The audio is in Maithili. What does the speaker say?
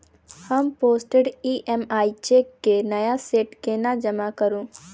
हम पोस्टडेटेड ई.एम.आई चेक केँ नया सेट केना जमा करू?